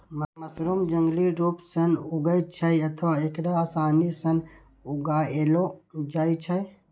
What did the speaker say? mushroom जंगली रूप सं उगै छै अथवा एकरा आसानी सं उगाएलो जाइ छै